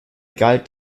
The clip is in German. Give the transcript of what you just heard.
galt